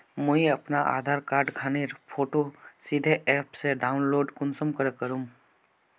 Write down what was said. मुई अपना आधार कार्ड खानेर फोटो सीधे ऐप से डाउनलोड कुंसम करे करूम?